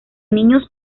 niños